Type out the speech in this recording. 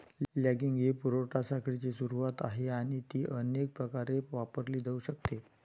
logging ही पुरवठा साखळीची सुरुवात आहे आणि ती अनेक प्रकारे वापरली जाऊ शकते